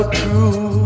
true